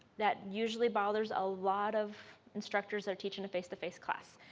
that usually bothers a lot of instructors that are teaching a face-to-face class.